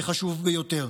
חשוב ביותר.